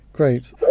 Great